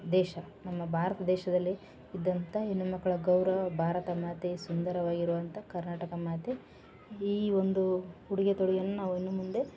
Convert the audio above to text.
ದೇಶ ನಮ್ಮ ಭಾರತ ದೇಶದಲ್ಲಿ ಇದ್ದಂಥ ಹೆಣ್ಣುಮಕ್ಳ ಗೌರವ ಭಾರತ ಮಾತೆಯ ಸುಂದರವಾಗಿ ಇರುವಂಥ ಕರ್ನಾಟಕ ಮಾತೆ ಈ ಒಂದು ಉಡುಗೆ ತೊಡುಗೆನ ನಾವು ಇನ್ನು ಮುಂದೆ